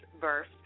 verse